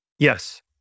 Yes